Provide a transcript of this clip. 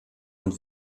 und